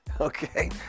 okay